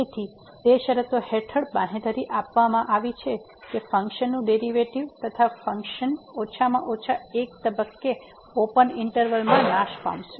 તેથી તે શરતો હેઠળ બાંહેધરી આપવામાં આવી છે કે ફંકશનનું ડેરીવેટીવ થતાં ફંક્શન ઓછામાં ઓછા એક તબક્કે ઓપન ઈંટરવલ a b માં નાશ પામશે